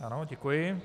Ano, děkuji.